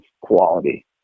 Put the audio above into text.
quality